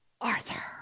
Arthur